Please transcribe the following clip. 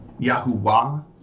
Yahuwah